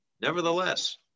nevertheless